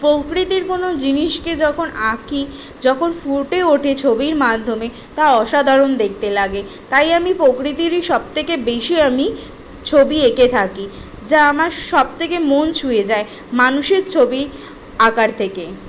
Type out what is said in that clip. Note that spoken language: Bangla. প্রকৃতির কোনো জিনিসকে যখন আঁকি যখন ফুটে ওঠে ছবির মাধ্যমে তা অসাধারণ দেখতে লাগে তাই আমি প্রকৃতিরই সবথেকে বেশি আমি ছবি এঁকে থাকি যা আমার সব থেকে মন ছুঁয়ে যায় মানুষের ছবি আঁকার থেকেই